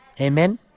Amen